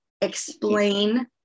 explain